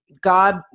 God